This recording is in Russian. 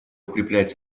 укреплять